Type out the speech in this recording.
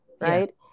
right